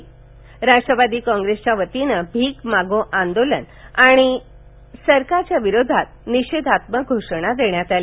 तर राष्ट्रवादी कौंग्रेसच्या वतीने भीक मांगोयांदोलन आणि सरकारच्या विरोधात निषेद्वात्मक घोषणा देण्यात आल्या